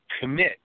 commit